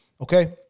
Okay